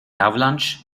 avalanche